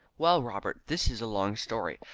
well, robert, this is a long story,